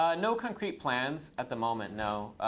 ah no concrete plans at the moment. no.